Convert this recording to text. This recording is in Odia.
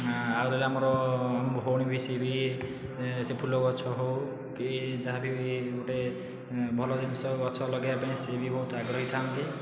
ଆଉ ରହିଲା ଆମର ଭଉଣୀ ବି ସିଏ ବି ସିଏ ଫୁଲଗଛ ହେଉ କି ଯାହା ବି ଗୋଟିଏ ଭଲ ଜିନିଷ ଗଛ ଲଗେଇବା ପାଇଁ ସେ ବି ବହୁତ ଆଗ୍ରହୀ ଥାଆନ୍ତି